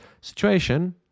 situation